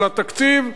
של התקציב?